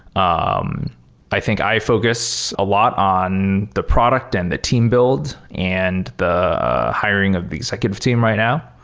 um i think i focus a lot on the product and the team build and the hiring of the executive team right now.